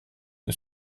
que